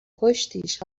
کشتیش